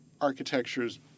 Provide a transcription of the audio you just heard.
architectures